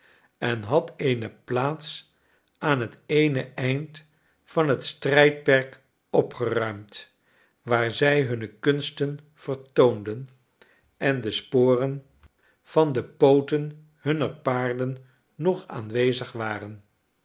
en had eene plaats aan het eene einde van het strijdperk opgeruimd waar zij hunne kunsten vertoonden en de sporen van de pooten hunner paarden nog aanwezig waren